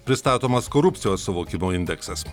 pristatomas korupcijos suvokimo indeksas